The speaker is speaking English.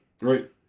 right